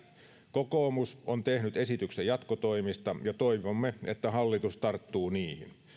kokoomus on tehnyt esityksen jatkotoimista ja toivomme että hallitus tarttuu niihin